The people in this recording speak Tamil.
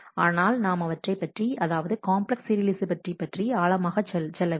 ஆனால் நாம் அவற்றைப் பற்றி அதாவது காம்ப்ளக்ஸ் சீரியலைஃசபிலிட்டி பற்றி ஆழமாக செல்லவில்லை